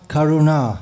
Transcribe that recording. Karuna